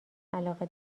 علاقه